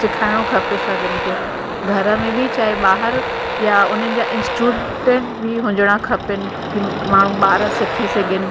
सिखाइणो खपे सभिनि खे घर में बि चाहे ॿाहिरि या उन्हनि जा इंस्टिट्यूटनि बि हुजणा खपनि कि माण्हू ॿार सिखी सघनि